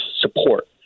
support